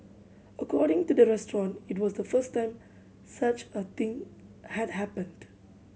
according to the restaurant it was the first time such a thing had happened